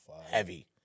heavy